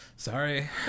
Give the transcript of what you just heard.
Sorry